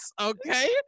okay